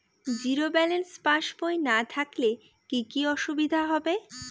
Zero balance পাসবই না থাকলে কি কী অসুবিধা হবে?